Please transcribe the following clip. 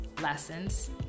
lessons